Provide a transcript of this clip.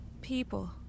people